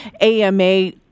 AMA